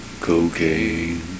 Cocaine